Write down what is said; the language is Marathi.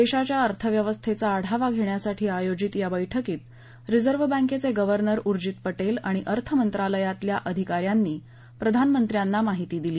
देशाच्या अर्थव्यवस्थेचा आढावा घेण्यासाठी आयोजित या बैठकीत रिजर्व बँकेचे गवर्नर उर्जित पटेल अणि अर्थमंत्रालयातल्या अधिकाऱ्यांनी प्रधानमंत्र्यांना माहिती दिली